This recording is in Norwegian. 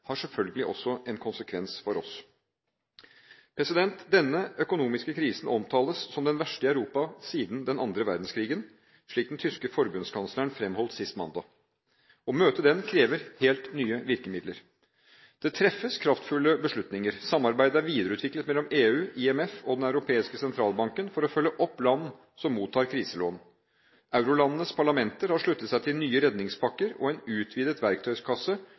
har selvfølgelig også en konsekvens for oss. Denne økonomiske krisen omtales som den verste i Europa siden den annen verdenskrig, slik den tyske forbundskansleren fremholdt sist mandag. Å møte den krever helt nye virkemidler. Det treffes kraftfulle beslutninger. Samarbeidet er videreutviklet mellom EU, IMF og Den europeiske sentralbanken for å følge opp land som mottar kriselån. Eurolandenes parlamenter har sluttet seg til nye redningspakker og en utvidet